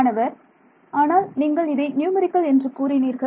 மாணவர் ஆனால் நீங்கள் இதை நியூமரிக்கல் என்று கூறினீர்கள்